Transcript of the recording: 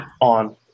on